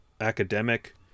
academic